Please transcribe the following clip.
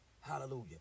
Hallelujah